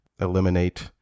eliminate